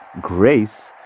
grace